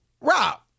Rob